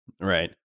Right